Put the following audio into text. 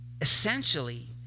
Essentially